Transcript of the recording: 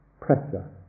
pressure